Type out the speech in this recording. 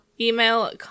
Email